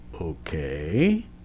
Okay